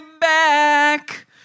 back